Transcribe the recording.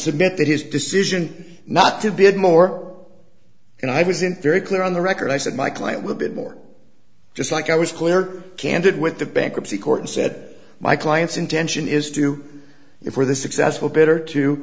submit that his decision not to bid more and i was in very clear on the record i said my client will bid more just like i was clear candid with the bankruptcy court and said my client's intention is to if we're the successful better